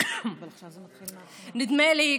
נדמה לי,